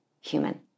human